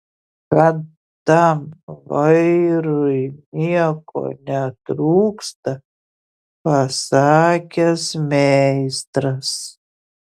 kad tam vairui nieko netrūksta pasakęs meistras